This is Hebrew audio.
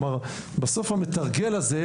כלומר בסוף המתרגל הזה,